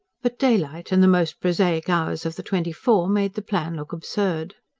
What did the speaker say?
but daylight, and the most prosaic hours of the twenty-four, made the plan look absurd.